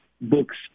books